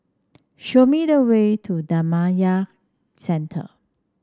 show me the way to Dhammakaya Centre